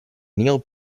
neil